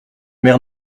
mère